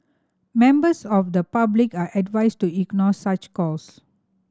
members of the public are advised to ignore such calls